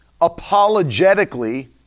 apologetically